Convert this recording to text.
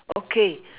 okay